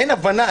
אין הבנה.